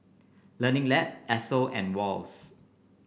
Learning Lab Esso and Wall's